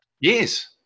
Yes